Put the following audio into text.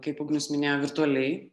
kaip ugnius minėjo virtualiai